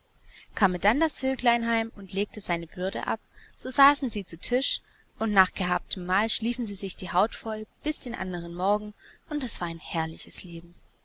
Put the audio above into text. kame dann das vöglein heim und legte seine bürde ab so saßen sie zu tisch und nach gehabtem mahl schliefen sie sich die haut voll bis den andern morgen und das war ein herrlich leben